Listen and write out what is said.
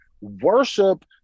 worship